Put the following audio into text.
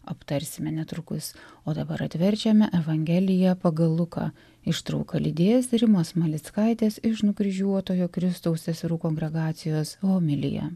aptarsime netrukus o dabar atverčiame evangeliją pagal luką ištrauka lydės rimos malickaitės iš nukryžiuotojo kristaus seserų kongregacijos homilija